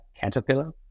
Caterpillar